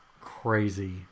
crazy